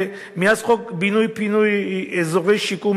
ומאז חוק בינוי ופינוי אזורי שיקום,